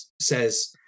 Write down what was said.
says